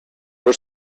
were